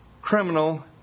criminal